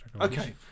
Okay